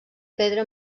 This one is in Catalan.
pedra